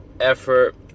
effort